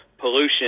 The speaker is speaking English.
pollution